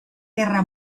guerra